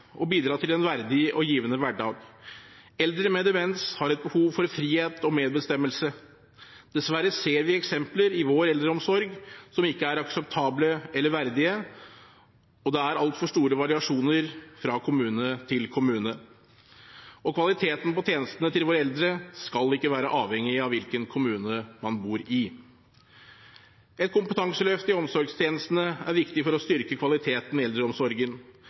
og bidra til en verdig og givende hverdag. Eldre med demens har et behov for frihet og medbestemmelse. Dessverre ser vi eksempler i vår eldreomsorg som ikke er akseptable eller verdige, og det er altfor store variasjoner fra kommune til kommune. Kvaliteten på tjenestene til våre eldre skal ikke være avhengig av hvilken kommune man bor i. Et kompetanseløft i omsorgstjenestene er viktig for å styrke kvaliteten i eldreomsorgen.